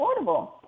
affordable